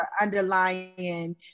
underlying